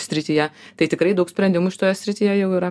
srityje tai tikrai daug sprendimų toje srityje jau yra